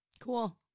Cool